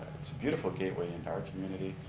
it's a beautiful gateway into our community.